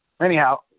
Anyhow